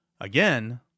again